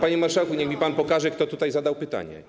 Panie marszałku, niech mi pan pokaże, kto tutaj zadał pytanie.